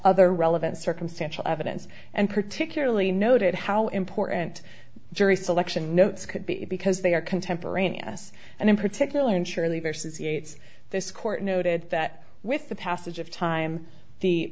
other relevant circumstantial evidence and particularly noted how important jury selection notes could be because they are contemporaneous and in particular in surely versus yates this court noted that with the passage of time the